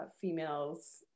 females